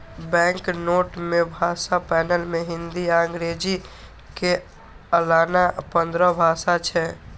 banknote के भाषा panel मे हिंदी आ अंग्रेजी के अलाना पंद्रह भाषा छै